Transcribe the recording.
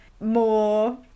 more